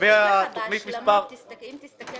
אם תסתכל